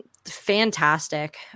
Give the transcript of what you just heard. fantastic